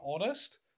honest